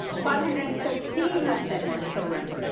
five hundred and thirteen of them were children.